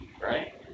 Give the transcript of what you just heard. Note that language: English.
right